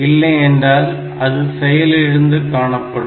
இல்லையென்றால் அது செயலிழந்து காணப்படும்